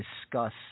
discuss